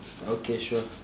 okay sure